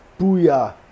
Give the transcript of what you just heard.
Booyah